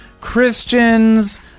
Christians